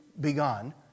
begun